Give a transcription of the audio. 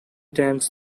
times